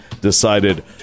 decided